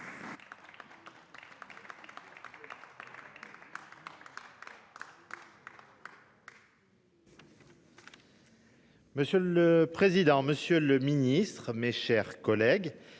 Monsieur le président, madame la ministre, mes chers collègues,